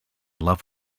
love